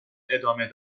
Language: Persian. ادامه